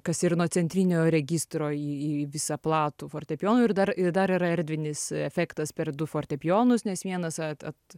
kas yra nuo centrinio registro į į visą platų fortepijonui ir dar ir dar yra erdvinis efektas per du fortepijonus nes vienas a at